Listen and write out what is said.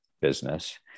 business